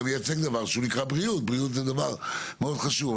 משרד הבריאות גם מייצג דבר שנקרא בריאות שזה דבר מאוד חשוב.